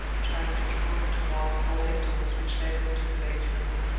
trying to draw her toward the folding-doors which led into the next room.